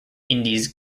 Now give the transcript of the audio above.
indies